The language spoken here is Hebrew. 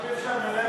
מקלב שם.